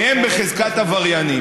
הם בחזקת עבריינים.